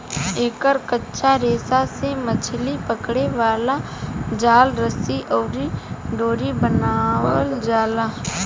एकर कच्चा रेशा से मछली पकड़े वाला जाल, रस्सी अउरी डोरी बनावल जाला